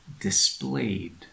displayed